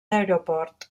aeroport